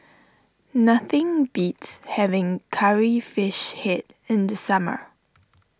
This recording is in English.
nothing beats having Curry Fish Head in the summer